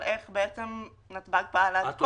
איך נתב"ג פעל עד כה?